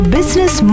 Business